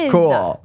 Cool